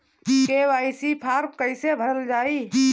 KYC form कइसे भरल जाइ?